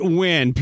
win